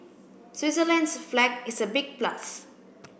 switzerland's flag is a big plus